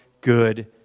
good